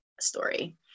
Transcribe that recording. story